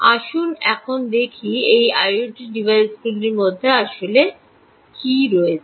আসুন এখন দেখি একটি আইওটি ডিভাইসে আসলে কী রয়েছে